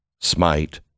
smite